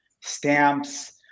stamps